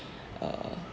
err